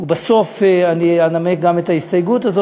ובסוף אני אנמק גם את ההסתייגות הזאת,